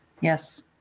yes